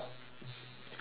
got lunch money